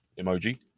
emoji